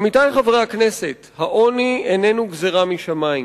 עמיתי חברי הכנסת, העוני איננו גזירה משמים.